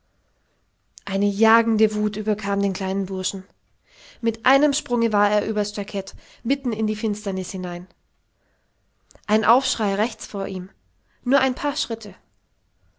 eine jagende wut überkam den kleinen burschen mit einem sprunge war er übers stacket mitten in die finsternis hinein ein aufschrei rechts vor ihm nur ein paar schritte